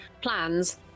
plans